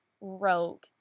rogue